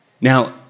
Now